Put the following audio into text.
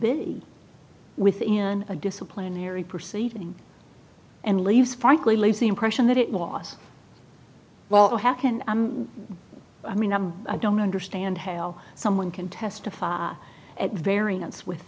be within a disciplinary proceeding and leaves frankly leaves the impression that it was well how can i mean i don't understand how someone can testify at variance with